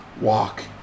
walk